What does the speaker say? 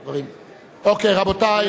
אוקיי, רבותי.